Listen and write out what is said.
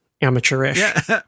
amateurish